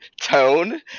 tone